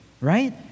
right